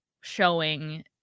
showing